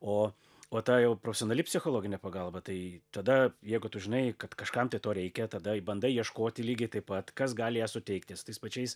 o o ta jau profesionali psichologinė pagalba tai tada jeigu tu žinai kad kažkam tai to reikia tada bandai ieškoti lygiai taip pat kas gali ją suteikti su tais pačiais